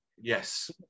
yes